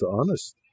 honest